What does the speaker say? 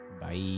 Bye